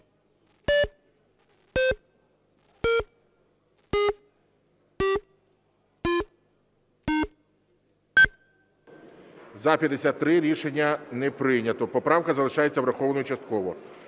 За-53 Рішення не прийнято. Поправка залишається врахованою частково.